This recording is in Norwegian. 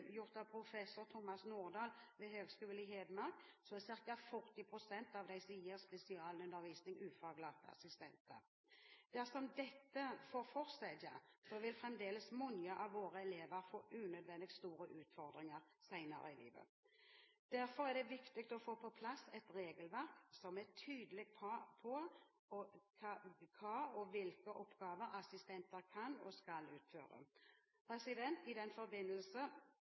gjort av professor Thomas Nordahl ved Høgskolen i Hedmark er ca. 40 pst. av dem som gir spesialundervisning, ufaglærte assistenter. Dersom dette får fortsette, vil fremdeles mange av våre elever få unødvendig store utfordringer senere i livet. Derfor er det viktig å få på plass et regelverk som er tydelig på hva og hvilke oppgaver assistenter kan og skal uføre. I forbindelse